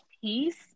peace